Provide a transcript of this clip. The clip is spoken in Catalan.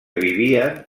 vivien